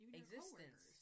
existence